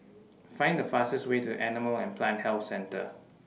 Find The fastest Way to Animal and Plant Health Centre